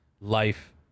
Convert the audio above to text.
life